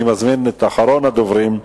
אני מזמין את אחרון הדוברים,